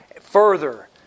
further